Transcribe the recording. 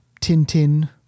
Tintin